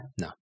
No